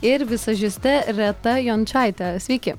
ir vizažiste reta jončaite sveiki